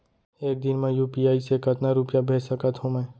एक दिन म यू.पी.आई से कतना रुपिया भेज सकत हो मैं?